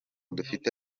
dufite